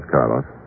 Carlos